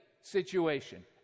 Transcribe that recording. situation